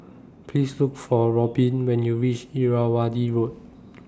Please Look For Robyn when YOU REACH Irrawaddy Road